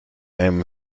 einem